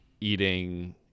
eating